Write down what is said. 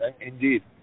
indeed